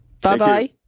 Bye-bye